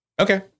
Okay